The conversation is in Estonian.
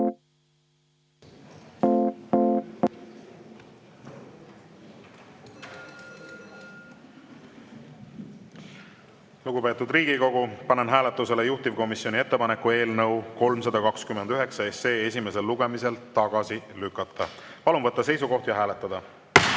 Lugupeetud Riigikogu, panen hääletusele juhtivkomisjoni ettepaneku eelnõu 329 esimesel lugemisel tagasi lükata. Palun võtta seisukoht ja hääletada!